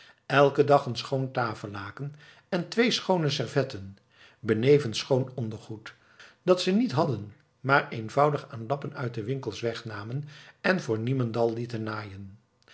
elken dag een schoon tafellaken en twee schoone servetten benevens schoon ondergoed dat ze niet hadden maar eenvoudig aan lappen uit de winkels wegnamen en voor niemendal lieten naaien